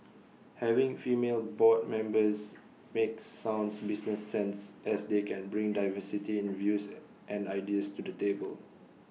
having female board members makes sound business sense as they can bring diversity in views and ideas to the table